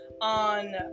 on